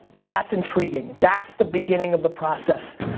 that's intriguing. that's the beginning of the process.